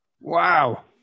Wow